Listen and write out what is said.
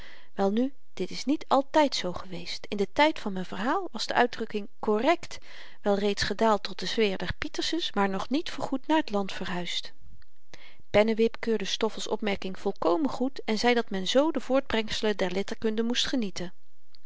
welnu dit is niet altyd zoo geweest in den tyd van m'n verhaal was de uitdrukking correct wel reeds gedaald tot de sfeer der pietersens maar nog niet voorgoed naar t land verhuisd pennewip keurde stoffels opmerking volkomen goed en zei dat men z de voortbrengselen der letterkunde moest genieten